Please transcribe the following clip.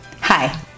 Hi